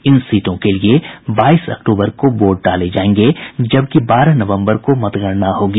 इन सीटों के लिए बाईस अक्टूबर को वोट डाले जायेंगे जबकि बारह नवम्बर को मतगणना होगी